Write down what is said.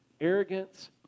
arrogance